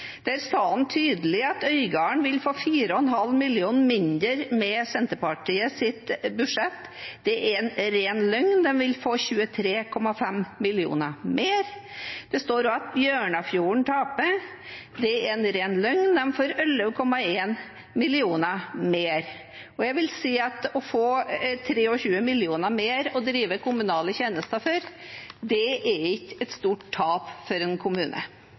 der sa han tydelig at Øygarden vil få 4,5 mill. kr mindre med Senterpartiets budsjett. Det er en ren løgn. De vil få 23,5 mill. kr mer. Det står også at Bjørnafjorden taper. Det er en ren løgn. De får 11,1 mill. kr mer. Jeg vil si at å få 23 mill. kr mer å drive kommunale tjenester for, er ikke et stort tap for en kommune.